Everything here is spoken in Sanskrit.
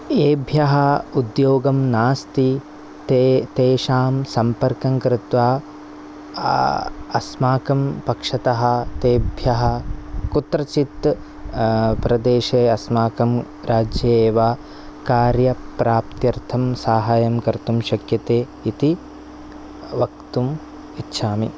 येभ्यः उद्योगं नास्ति ते तेषां सम्पर्कं कृत्वा अस्माकं पक्षतः तेभ्यः कुत्रचित् प्रदेशे अस्माकं राज्ये वा कार्यप्राप्त्यर्थं साहायं कर्तुं शक्यते इति वक्तुम् इच्छामि